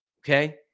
Okay